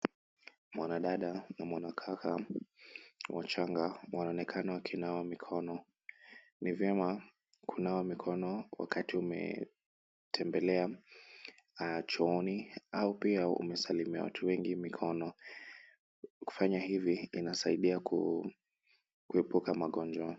Mwanadada na mwanakaka wachanga wanaonekana wakinawa mikono, ni vyema kunawa mikono wakati umetembelea chooni au pia umesalimia watu wengi mikono, kufanya hivi inasaidia kuepuka magonjwa.